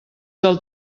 del